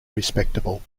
respectable